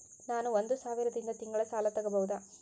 ನಾನು ಒಂದು ಸಾವಿರದಿಂದ ತಿಂಗಳ ಸಾಲ ತಗಬಹುದಾ?